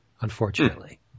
Unfortunately